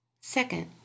Second